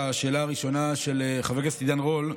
לשאלה הראשונה של חבר הכנסת עידן רול,